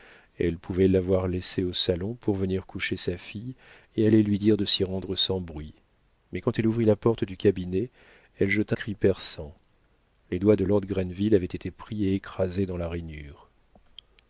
elle pouvait l'avoir laissé au salon pour venir coucher sa fille elle allait lui dire de s'y rendre sans bruit mais quand elle ouvrit la porte du cabinet elle jeta un cri perçant les doigts de lord grenville avaient été pris et écrasés dans la rainure